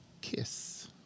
Kiss